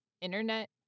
internet